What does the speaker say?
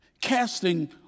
Casting